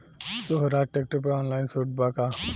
सोहराज tractor पर online छूट बा का?